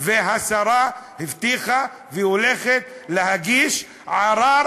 והשרה הבטיחה והיא הולכת להגיש ערר